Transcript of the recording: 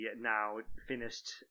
now-finished